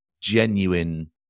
genuine